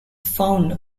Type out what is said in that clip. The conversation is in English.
found